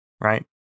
right